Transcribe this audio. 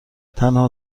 تنها